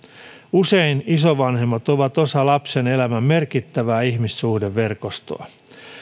usein isovanhemmat ovat osa lapsen elämän merkittävää ihmissuhdeverkostoa